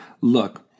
look